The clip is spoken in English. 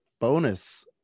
bonus